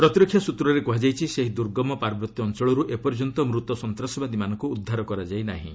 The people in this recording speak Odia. ପ୍ରତିରକ୍ଷା ସ୍ତ୍ରରେ କୁହାଯାଇଛି ସେହି ଦୁର୍ଗମ ପାର୍ବତ୍ୟ ଅଞ୍ଚଳରୁ ଏପର୍ଯ୍ୟନ୍ତ ମୂତ ସନ୍ତାସବାଦୀମାନଙ୍କୁ ଉଦ୍ଧାର କରାଯାଇ ନାହିଁ